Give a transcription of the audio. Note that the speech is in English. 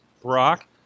brock